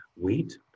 wheat